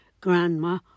grandma